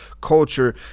culture